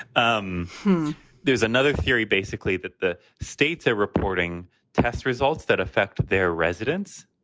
um there's another theory, basically, that the states are reporting test results that affect their residents.